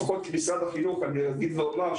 לפחות משרד החינוך אני אגיד ואומר,